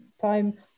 time